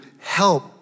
help